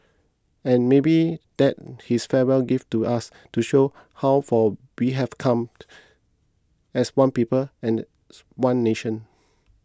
and maybe that's his farewell gift to us to show how far we've come as one people as one nation